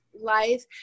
life